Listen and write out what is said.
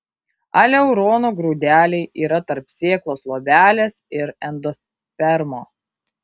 aleurono grūdeliai yra tarp sėklos luobelės ir endospermo